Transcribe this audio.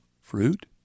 Fruit